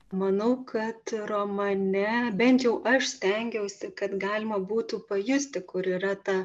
manau kad romane bent jau aš stengiausi kad galima būtų pajusti kur yra ta